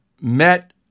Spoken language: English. met